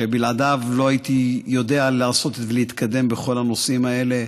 שבלעדיו לא הייתי יודע להתקדם בכל הנושאים האלה,